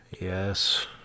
Yes